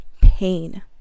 pain